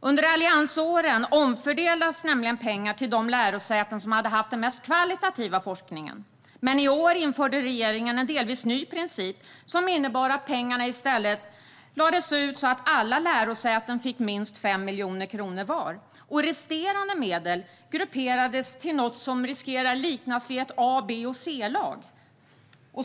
Under alliansåren omfördelades nämligen pengar till de lärosäten som hade haft den mest kvalitativa forskningen. Men i år införde regeringen en delvis ny princip, som innebar att pengarna i stället lades ut så att alla lärosäten fick minst 5 miljoner kronor var. Resterande medel grupperades till något som riskerar att liknas vid ett A-, B och C-lag.